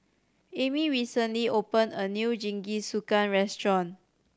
Amey recently opened a new Jingisukan restaurant